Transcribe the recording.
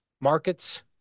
Markets